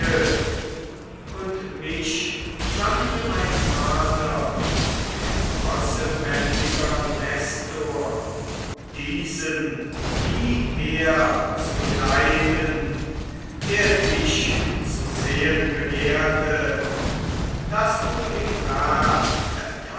und mich sandte mein vater der rossebändiger nestor diesen hierher zu geleiten der dich zu sehen begehrte daß du ihm rat